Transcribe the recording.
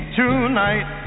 tonight